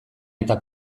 eta